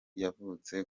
yavutse